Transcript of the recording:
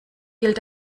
gilt